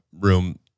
room